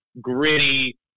gritty